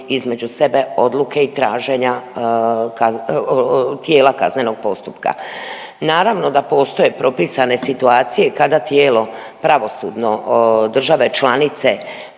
između sebe odluke i traženja tijela kaznenog postupka. Naravno da postoje propisane situacije kada tijelo pravosudno države članice